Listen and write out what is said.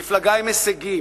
מפלגה עם הישגים.